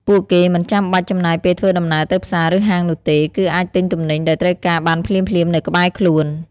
ពួកគេមិនចាំបាច់ចំណាយពេលធ្វើដំណើរទៅផ្សារ ឬហាងនោះទេ គឺអាចទិញទំនិញដែលត្រូវការបានភ្លាមៗនៅក្បែរខ្លួន។